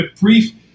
brief